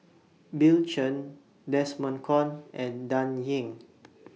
Bill Chen Desmond Kon and Dan Ying